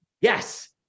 Yes